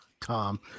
Tom